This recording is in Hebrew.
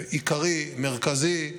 עיקרי, מרכזי,